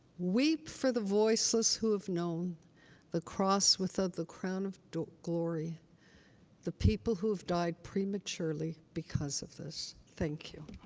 weep for the voiceless who have known the cross without the crown of glory the people who have died prematurely because of this. thank you.